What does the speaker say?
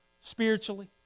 spiritually